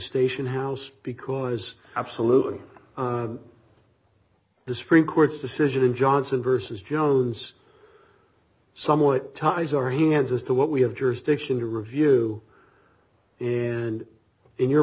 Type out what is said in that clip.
station house because absolutely the spring court's decision in johnson versus jones somewhat ties our hands as to what we have jurisdiction to review and in your